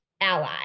ally